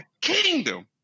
kingdom